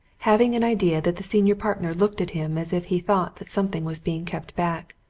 having an idea that the senior partner looked at him as if he thought that something was being kept back.